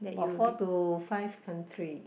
about four to five country